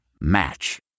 Match